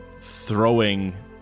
throwing